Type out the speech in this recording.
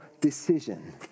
decision